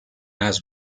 has